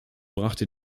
brachte